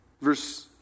Verse